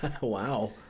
Wow